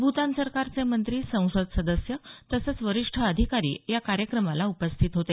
भूतान सरकारचे मंत्री संसद सदस्य तसंच वरिष्ठ अधिकारी या कार्यक्रमाला उपस्थित होते